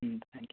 ம் thank you